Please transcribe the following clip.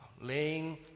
laying